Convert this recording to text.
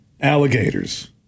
Alligators